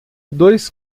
dois